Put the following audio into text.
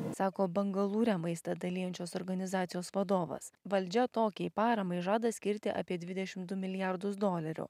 sako bangalūre maistą dalijančios organizacijos vadovas valdžia tokiai paramai žada skirti apie dvidešimt du milijardus dolerių